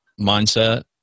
mindset